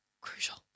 Crucial